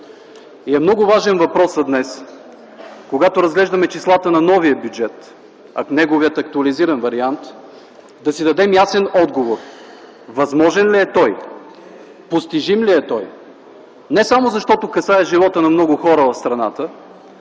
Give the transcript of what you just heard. Много е важен въпросът днес, когато разглеждаме числата на новия бюджет, в неговия актуализиран вариант, да си дадем ясен отговор – възможен ли е той? Постижим ли е той? Не само защото касае живота на много хора в страната,